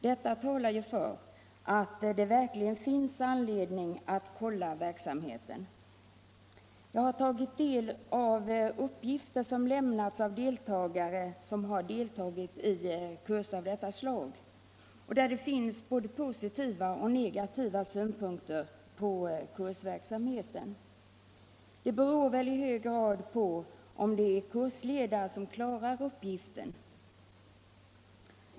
Detta talar ju för att det verkligen finns anledning att kontrollera verksamheten. Jag har tagit del av redogörelser som lämnats av deltagare i kurser av detta slag, och det finns där både positiva och negativa synpunkter på kursverksamheten. Resultatet beror väl i hög grad på om det är kursledare som klarar uppgiften.